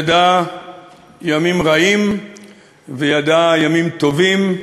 ידעה ימים רעים וידעה ימים טובים,